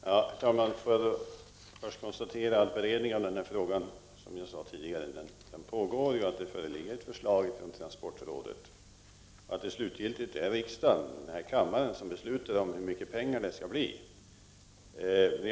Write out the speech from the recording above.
Herr talman! Jag vill först konstatera att beredningen av denna fråga, vilket jag sade tidigare, pågår, och det föreligger ett förslag från transportrådet. Slutligen är det riksdagen, denna kammare, som fattar beslut om hur mycket som skall anslås.